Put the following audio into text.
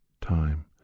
time